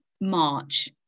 March